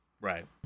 Right